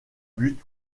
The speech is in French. buts